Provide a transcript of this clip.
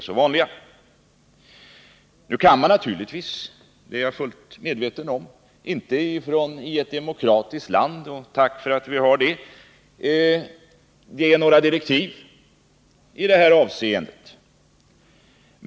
Man kan naturligtvis inte — det är jag fullt medveten om — i ett demokratiskt land, och tack för att vi har det, ge några direktiv i detta avseende.